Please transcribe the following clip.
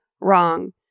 wrong